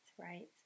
right